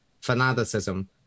fanaticism